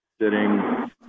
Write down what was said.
sitting